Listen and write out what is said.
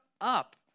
up